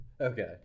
Okay